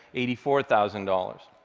eighty four thousand dollars.